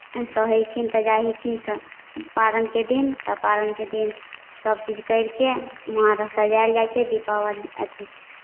सहैखिन तऽ जाएखिन पारनके दिन तऽ पारनके दिन सभ चीज करि कऽ वहाँ अर सजायल जाइ छै दीपावली अथि